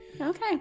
okay